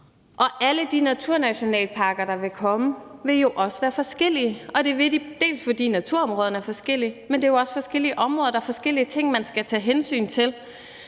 de naturnationalparker, der vil komme, vil jo også være forskellige. Det vil de dels, fordi naturområderne er forskellige, dels fordi det jo også er forskellige områder, og at der er forskellige ting, man skal tage hensyn til.